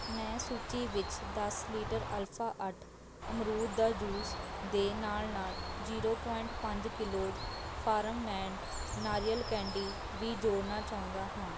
ਮੈਂ ਸੂਚੀ ਵਿੱਚ ਦਸ ਲੀਟਰ ਅਲਫਾ ਅੱਠ ਅਮਰੂਦ ਦਾ ਜੂਸ ਦੇ ਨਾਲ ਨਾਲ ਜੀਰੋ ਪੁਆਇੰਟ ਪੰਜ ਕਿਲੋ ਫਾਰਮ ਐਂਡ ਨਾਰੀਅਲ ਕੈਂਡੀ ਵੀ ਜੋੜਨਾ ਚਾਹੁੰਦਾ ਹਾਂ